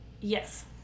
Yes